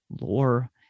lore